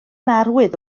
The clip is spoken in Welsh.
arwydd